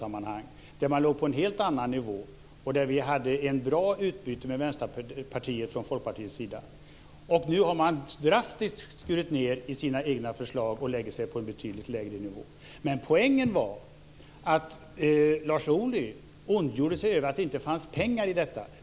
Man låg då på en helt annan nivå, och vi hade ett bra utbyte med Vänsterpartiet från Folkpartiets sida. Nu har man drastiskt skurit ned i sina egna förslag och lagt sig på en betydligt lägre nivå. Men poängen var att Lars Ohly ondgjorde sig över att det inte fanns pengar i detta.